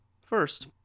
First